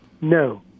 No